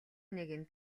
нэгэн